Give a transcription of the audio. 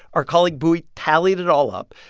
our colleague, bui, tallied it all up.